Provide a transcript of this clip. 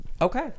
okay